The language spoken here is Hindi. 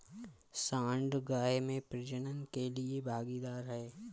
सांड गाय में प्रजनन के लिए भागीदार है